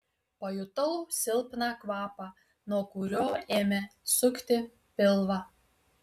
pajutau silpną kvapą nuo kurio ėmė sukti pilvą